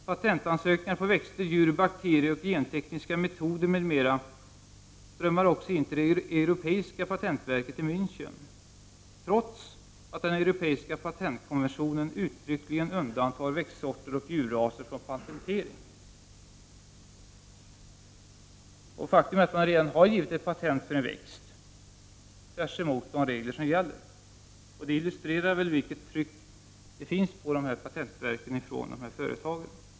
Patentansökningar på växter, djur, bakterier och gentekniska metoder m.m. strömmar också in till det europeiska patentverket i Mänchen, trots att den europeiska patentkonventionen uttryckligen undantar växtsorter och djurraser från patentering. Faktum är att man redan, tvärtemot de regler som gäller, givit ett patent för en växt. Detta illustrerar det tryck som finns på patentverken från företagen.